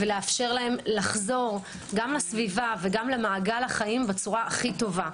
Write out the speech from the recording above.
ולאפשר להם לחזור לסביבה ולמעגל החיים בצורה הכי טובה.